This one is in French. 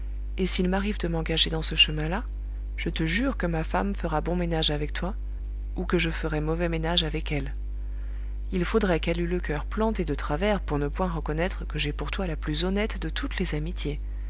et s'il m'arrive de m'engager dans ce chemin-là je te jure que ma femme fera bon ménage avec toi ou que je ferai mauvais ménage avec elle il faudrait qu'elle eût le coeur planté de travers pour ne point reconnaître que j'ai pour toi la plus honnête de toutes les amitiés